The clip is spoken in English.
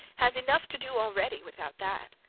has enough to do already without that.